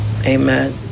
Amen